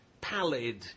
pallid